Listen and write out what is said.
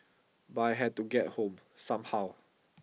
but I had to get home somehow